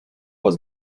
вас